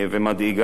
ומדאיגה,